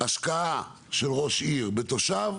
השקעה של ראש עיר בתושב,